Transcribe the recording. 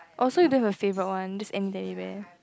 oh so you don't have a favourite one just any Teddy Bear